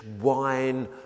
wine